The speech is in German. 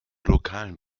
lokalen